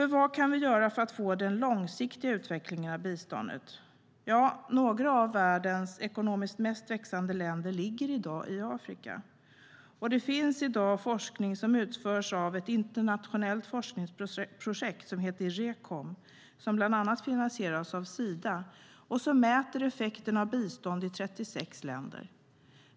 Vad kan vi göra för att få en långsiktig utveckling av biståndet? Några av världens ekonomiskt mest växande länder ligger i dag i Afrika. Det finns i dag forskning som utförs av ett internationellt forskningsprojekt som heter Recom, som bland annat finansieras av Sida. I projektet mäts effekten av bistånd i 36 länder.